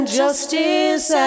justice